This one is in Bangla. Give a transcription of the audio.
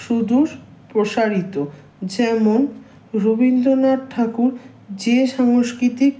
সুদূর প্রসারিত যেমন রবীন্দ্রনাথ ঠাকুর যে সাংস্কৃতিক